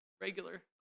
regular